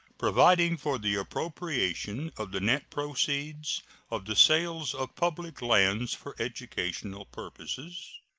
providing for the appropriation of the net proceeds of the sales of public lands for educational purposes,